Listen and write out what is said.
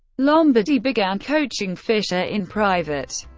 lombardy began coaching fischer in private.